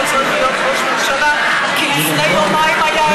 צריך להיות ראש ממשלה כי לפני יומיים היה אירוע,